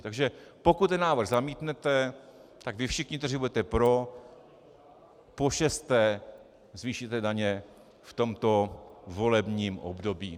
Takže pokud ten návrh zamítnete, tak vy všichni, kteří budete pro, pošesté zvýšíte daně v tomto volebním obdobím.